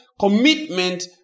Commitment